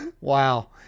wow